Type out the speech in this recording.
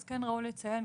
אז כן ראוי לציין,